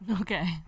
Okay